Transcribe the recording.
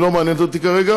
היא לא מעניינת אותי כרגע,